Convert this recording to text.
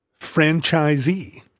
franchisee